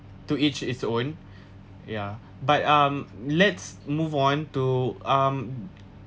to each its own yeah but um let's move on to um